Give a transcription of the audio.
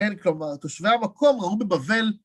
אין כמה, תושבי המקום ראו בבבל.